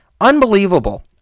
Unbelievable